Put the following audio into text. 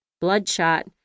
bloodshot